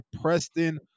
Preston